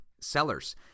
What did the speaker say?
Sellers